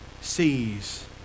sees